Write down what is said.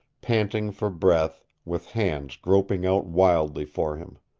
panting for breath, with hands groping out wildly for him.